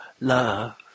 love